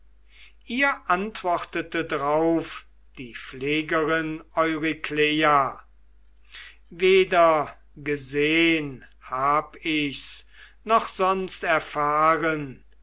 ihr antwortete drauf die pflegerin eurykleia weder gesehn hab ich's noch sonst erfahren